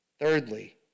Thirdly